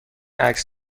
عکس